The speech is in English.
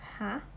!huh!